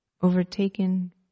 overtaken